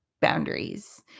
boundaries